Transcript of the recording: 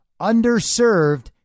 underserved